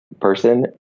person